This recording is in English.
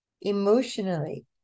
emotionally